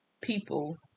people